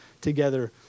together